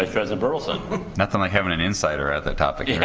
present burleson nothing like having an insider at the topic yeah